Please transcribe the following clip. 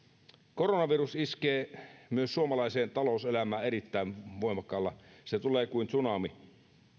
koronavirus iskee myös suomalaiseen talouselämään erittäin voimakkaasti se tulee kuin tsunami